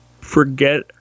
forget